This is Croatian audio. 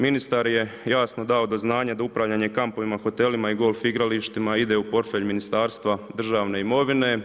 Ministar je jasno do znanja da upravljanje kampovima, hotelima i golf igralištima, ide u portfelj Ministarstva državne imovine.